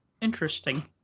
Interesting